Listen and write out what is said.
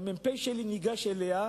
והמ"פ שלי ניגש אליה,